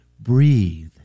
breathe